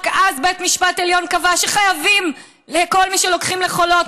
רק אז בית משפט עליון קבע שחייבים לכל מי שלוקחים לחולות,